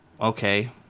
okay